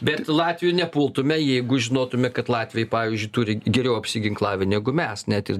bet latvių nepultume jeigu žinotume kad latviai pavyzdžiui turi geriau apsiginklavę negu mes net ir